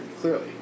Clearly